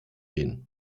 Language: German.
gehen